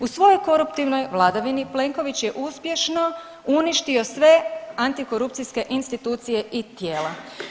U svojoj koruptivnoj vladavini, Plenković je uspješno uništio sve antikorupcijske institucije i tijela.